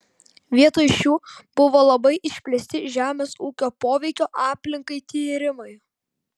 vietoj šių buvo labai išplėsti žemės ūkio poveikio aplinkai tyrimai